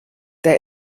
der